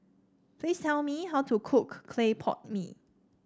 please tell me how to cook Clay Pot Mee